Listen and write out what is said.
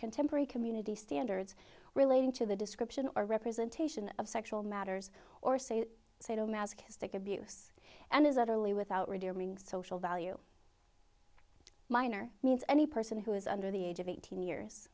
contemporary community standards relating to the description or representation of sexual matters or say sadomasochistic abuse and is utterly without redeeming social value minor means any person who is under the age of eighteen years